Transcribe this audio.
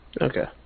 Okay